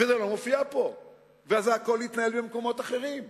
וזה לא מופיע פה והכול יתנהל במקומות אחרים.